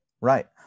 Right